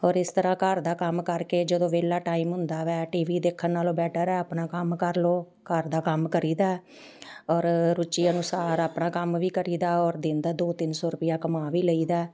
ਔਰ ਇਸ ਤਰ੍ਹਾਂ ਘਰ ਦਾ ਕੰਮ ਕਰਕੇ ਜਦੋਂ ਵਿਹਲਾ ਟਾਈਮ ਹੁੰਦਾ ਹੈ ਟੀ ਵੀ ਦੇਖਣ ਨਾਲੋਂ ਬੈਟਰ ਆ ਆਪਣਾ ਕੰਮ ਕਰ ਲਓ ਘਰ ਦਾ ਕੰਮ ਕਰੀਦਾ ਔਰ ਰੁਚੀ ਅਨੁਸਾਰ ਆਪਣਾ ਕੰਮ ਵੀ ਕਰੀਦਾ ਔਰ ਦਿਨ ਦਾ ਦੋ ਤਿੰਨ ਸੌ ਰੁਪਿਆ ਕਮਾ ਵੀ ਲਈਦਾ